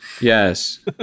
Yes